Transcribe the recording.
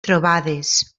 trobades